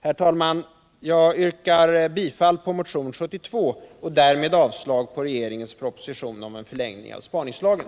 Herr talman! Jag yrkar bifall till motionen 72 och därmed avslag på regeringens proposition om en förlängning av spaningslagen.